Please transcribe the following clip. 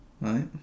Right